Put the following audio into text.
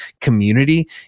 community